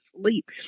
sleep